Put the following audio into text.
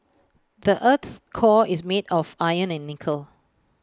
the Earth's core is made of iron and nickel